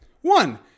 One